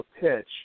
pitch